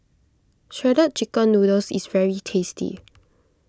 Shredded Chicken Noodles is very tasty